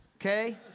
okay